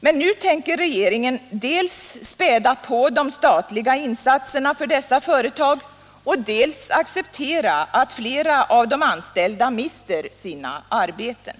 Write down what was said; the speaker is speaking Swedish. Men nu tänker regeringen dels späda på de statliga insatserna för dessa företag, dels acceptera att flera av de anställda mister sina arbeten.